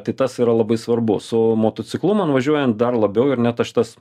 tai tas yra labai svarbu su motociklu man važiuojant dar labiau ir net aš tas